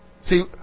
See